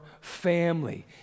family